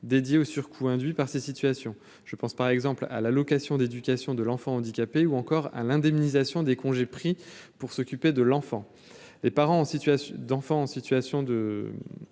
dédié aux surcoûts induits par ces situations, je pense par exemple à l'allocation d'éducation de l'enfant handicapé ou encore à l'indemnisation des congés pris pour s'occuper de l'enfant, les parents en situation